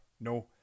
No